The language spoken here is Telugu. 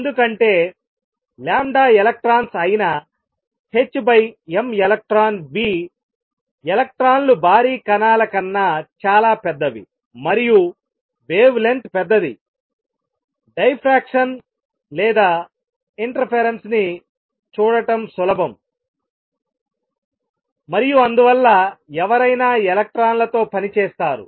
ఎందుకంటేelectrons అయిన hmelectronv ఎలక్ట్రాన్లు భారీ కణాల కన్నా చాలా పెద్దవి మరియు వేవ్ లెంగ్త్ పెద్దది డైఫ్రాక్షన్ విక్షేపం లేదా ఇంటర్ఫేరెన్సు ని జోక్యాన్ని చూడటం సులభం మరియు అందువల్ల ఎవరైనా ఎలక్ట్రాన్లతో పని చేస్తారు